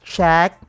Check